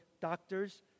Doctors